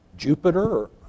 Jupiter